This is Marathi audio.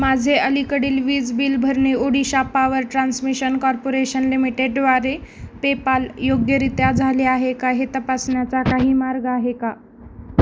माझे अलीकडील वीज बिल भरणे ओडिशा पॉवर ट्रान्समिशन कॉर्पोरेशन लिमिटेडद्वारे पेपाल योग्यरित्या झाले आहे का हे तपासण्याचा काही मार्ग आहे का